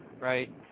Right